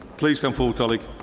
please come forward, colleague.